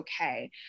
okay